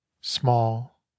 small